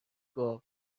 گاو